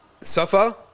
Safa